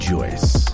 Joyce